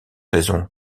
raison